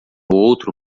outro